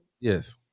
Yes